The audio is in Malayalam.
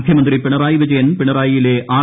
മുഖ്യമന്ത്രി പ്രിണ്റായി വിജയൻ പിണറായിയിലെ ആർ